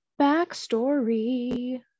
backstory